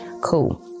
Cool